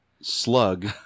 slug